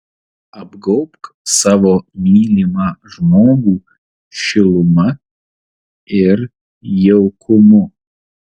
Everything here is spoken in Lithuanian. apgaubk savo mylimą žmogų šiluma ir jaukumu